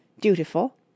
dutiful